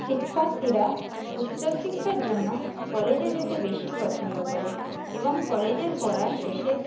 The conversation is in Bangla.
শিক্ষার্থীরা উচ্চশিক্ষার জন্য কলেজে যেতে বেশি পছন্দ করে এবং কলেজের পড়ার শেষে